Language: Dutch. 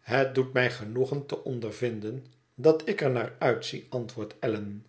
het doet mij genoegen te ondervinden dat ik er naar uitzie antwoordt allan